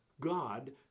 God